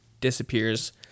disappears